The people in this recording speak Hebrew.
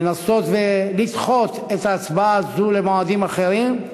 לנסות ולדחות את ההצבעה הזאת למועדים אחרים,